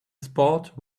sport